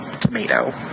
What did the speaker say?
tomato